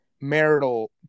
marital